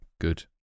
good